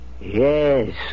Yes